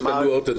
יש מעגל,